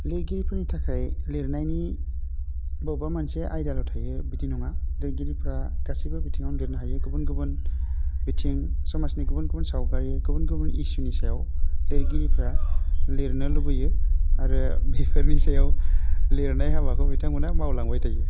लिरगिरिफोरनि थाखाय लिरनायनि बबेबा मोनसे आयदाल' थायो बिदि नङा लिरगिरिफ्रा गासिबो बिथिङावनो लिरनो हायो गुबुन गुबुन बिथिं समाजनि गुबुन गुबुन सावगारि गुबुन गुबुन इसुनि सायाव लिरगिरिफ्रा लिरनो लुबैयो आरो बेफोरनि सायाव लिरनाय हाबाखौ बिथांमोना मावलांबाय थायो